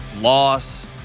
loss